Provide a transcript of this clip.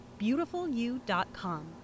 BeautifulYou.com